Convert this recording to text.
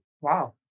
Wow